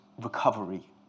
recovery